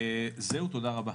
זהו, תודה רבה.